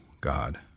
God